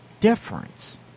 difference